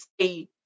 say